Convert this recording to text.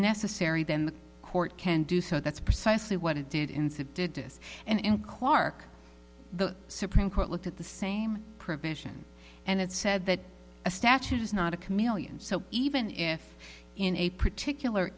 necessary then the court can do so that's precisely what it did instead did this and clark the supreme court looked at the same provision and it said that a statute is not a chameleon so even if in a particular